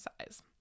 size